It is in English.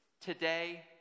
...today